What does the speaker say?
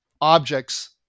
objects